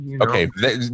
Okay